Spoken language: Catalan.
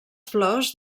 flors